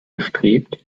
bestrebt